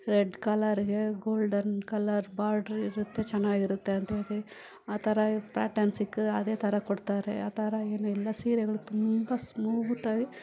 red ಕಲರ್ಗೆ golden colour border ಇರುತ್ತೆ ಚೆನ್ನಾಗಿರುತ್ತೆ ಅಂತೇಳ್ತಿರಿ ಆ ಥರವೇ ಪ್ಯಾಟರ್ನ್ ಸಿಕ್ಕದ್ರೆ ಅದೇ ಥರ ಕೊಡ್ತಾರೆ ಆ ಥರ ಏನು ಇಲ್ಲ ಸೀರೆಗಳು ತುಂಬ ಸ್ಮೂತಾಗಿ